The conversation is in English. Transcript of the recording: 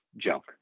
junk